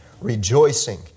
rejoicing